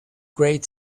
great